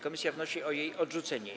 Komisja wnosi o jej odrzucenie.